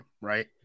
right